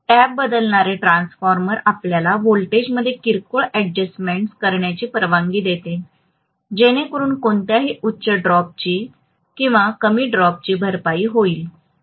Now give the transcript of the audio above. तर टॅप बदलणारे ट्रान्सफॉर्मर आपल्याला व्होल्टेजमध्ये किरकोळ एडजस्टमेंट्स करण्याची परवानगी देते जेणेकरून कोणत्याही उच्च ड्रॉपची किंवा कमी ड्रॉपची भरपाई होईल